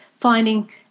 finding